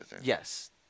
Yes